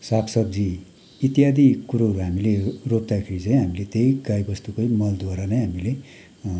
साग सब्जी इत्यादि कुरो हामीले रोप्दाखेरि चाहिँ हामीले त्यही गाई वस्तुकै मलद्वारा नै हामीले